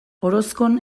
orozkon